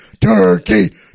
turkey